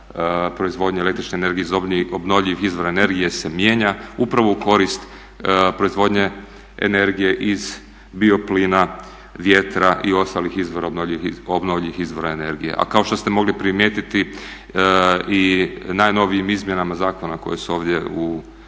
proizvodnje električne energije iz obnovljivih izvora energije se mijenja upravo u korist proizvodnje energije iz bioplina, vjetra i ostalih obnovljivih izvora energije. A kao što ste mogli primijetiti i najnovijim izmjenama zakona koje su ovdje u